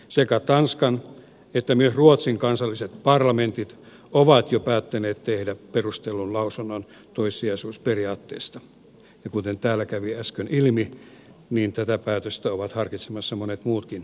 sekä tanskan että myös ruotsin kansalliset parlamentit ovat jo päättäneet tehdä perustellun lausunnon toissijaisuusperiaatteesta ja kuten täällä kävi äsken ilmi tätä päätöstä ovat harkitsemassa monet muutkin parlamentit